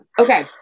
Okay